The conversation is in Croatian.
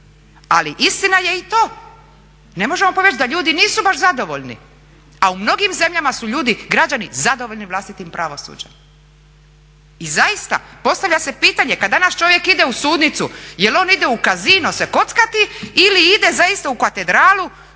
Ali istina je i to, ne možemo povjerit da ljudi nisu baš zadovoljni, a u mnogim zemljama su ljudi, građani zadovoljni vlastitim pravosuđem. I zaista, postavlja se pitanje kad danas čovjek ide u sudnicu jel on ide u casino se kockati ili ide zaista u katedralu